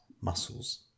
muscles